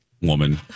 woman